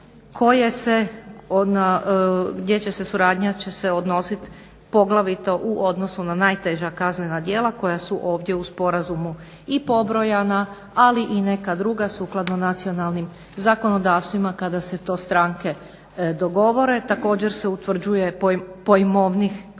koje se, gdje će se suradnja će se odnosit poglavito u odnosu na najteža kaznena djela koja su ovdje u sporazumu i pobrojana, ali i neka druga sukladno nacionalnim zakonodavstvima kada se to stranke dogovore. Također se utvrđuje pojmovnik